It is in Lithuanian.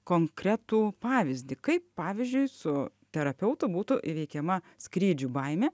konkretų pavyzdį kaip pavyzdžiui su terapeutu būtų įveikiama skrydžių baimė